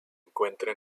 encuentra